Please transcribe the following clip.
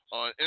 on